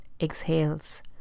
exhales